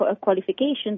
qualifications